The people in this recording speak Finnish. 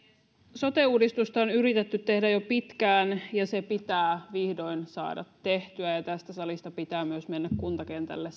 sote uudistusta on yritetty tehdä jo pitkään ja se pitää vihdoin saada tehtyä ja tästä salista pitää myös mennä kuntakentälle